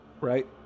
right